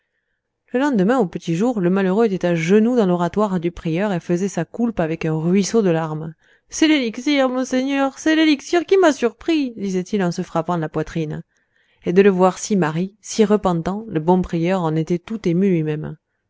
le lendemain au petit jour le malheureux était à genoux dans l'oratoire du prieur et faisait sa coulpe avec un ruisseau de larmes c'est l'élixir monseigneur c'est l'élixir qui m'a surpris disait-il en se frappant la poitrine et de le voir si marri si repentant le bon prieur en était tout ému lui-même